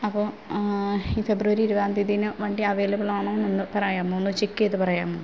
അപ്പോൾ ഈ ഫെബ്രുവരി ഇരുപതാം തീയതി തന്നെ വണ്ടി അവൈലബിലാണോ എന്നൊന്ന് പറയാമോ ഒന്ന് ചെക്ക് ചെയ്ത് പറയാമോ